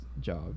job